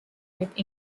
with